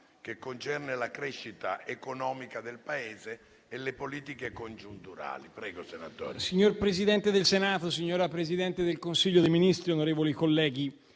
finestra") sulla crescita economica del Paese e le politiche congiunturali,